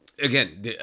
again